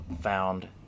found